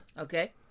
Okay